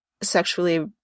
sexually